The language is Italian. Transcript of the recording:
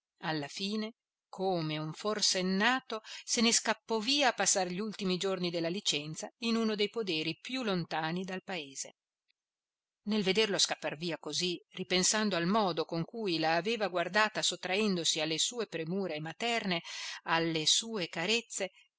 alla fine come un forsennato se ne scappò via a passar gli ultimi giorni della licenza in uno dei poderi più lontani dal paese nel vederlo scappar via così ripensando al modo con cui la aveva guardata sottraendosi alle sue premure materne alle sue carezze